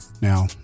Now